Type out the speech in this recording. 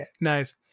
nice